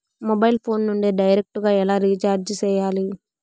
mobile phone నుండి direct గా ఎలా రీచార్జి సేయాలి